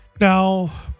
Now